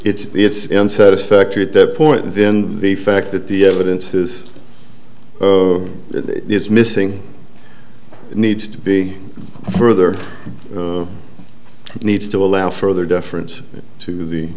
it's it's in satisfactory at that point then the fact that the evidence is it's missing it needs to be further needs to allow further deference to the